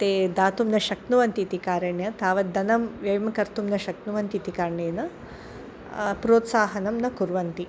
ते दातुं न शक्नुवन्ति इति कारणेन तावद् धनं व्ययं कर्तुं न शक्नुवन्ति इति कारणेन प्रोत्साहनं न कुर्वन्ति